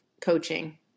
coaching